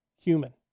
human